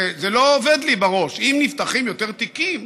זה לא עובד לי בראש: אם נפתחים יותר תיקים,